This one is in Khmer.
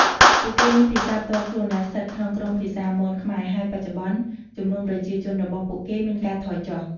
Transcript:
ពួកគេមានភាសាផ្ទាល់ខ្លួនដែលស្ថិតក្នុងក្រុមភាសាមន-ខ្មែរ ហើយបច្ចុប្បន្នចំនួនប្រជាជនរបស់ពួកគេមានការថយចុះ។